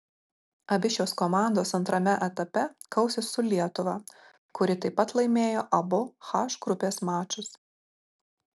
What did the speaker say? abi šios komandos antrame etape kausis su lietuva kuri taip pat laimėjo abu h grupės mačus